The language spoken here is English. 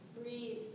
Breathe